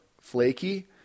flaky